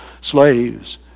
slaves